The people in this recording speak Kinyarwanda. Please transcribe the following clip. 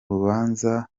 rubanza